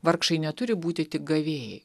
vargšai neturi būti tik gavėjai